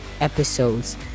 episodes